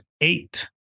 eight